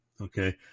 okay